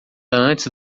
antes